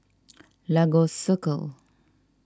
Lagos Circle